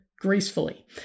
gracefully